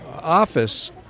office